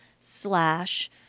slash